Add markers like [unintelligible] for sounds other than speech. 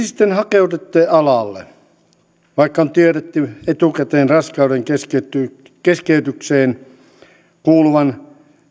[unintelligible] sitten hakeudutte alalle vaikka on tiedetty etukäteen raskaudenkeskeytyksen kuuluvan